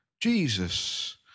Jesus